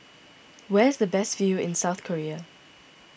where is the best view in South Korea